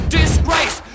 disgrace